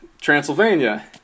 Transylvania